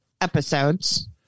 episodes